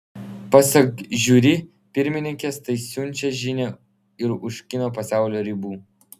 pasak žiuri pirmininkės tai siunčia žinią ir už kino pasaulio ribų